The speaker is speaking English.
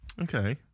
Okay